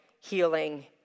healing